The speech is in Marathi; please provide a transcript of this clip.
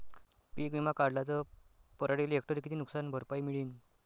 पीक विमा काढला त पराटीले हेक्टरी किती नुकसान भरपाई मिळीनं?